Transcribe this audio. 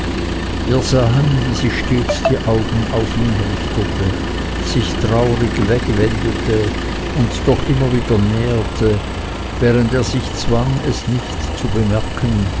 wir sahen wie sie stets die augen auf ihn richtete sich traurig wegwendete und doch immer wieder näherte während er sich zwang es nicht zu bemerken